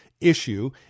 issue